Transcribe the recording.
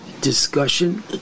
discussion